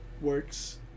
works